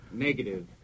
Negative